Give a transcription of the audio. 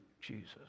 Jesus